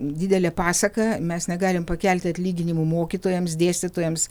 didelė pasaka mes negalim pakelti atlyginimų mokytojams dėstytojams